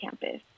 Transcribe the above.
campus